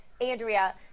Andrea